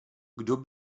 kdo